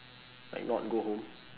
like not go home